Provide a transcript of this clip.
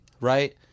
right